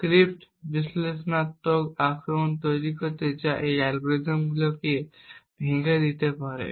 crypt বিশ্লেষণাত্মক আক্রমণ তৈরি করতে যা এই অ্যালগরিদমগুলি ভেঙে দিতে পারে